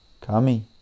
Kami